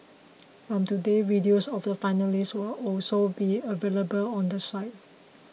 from today videos of the finalists will also be available on the site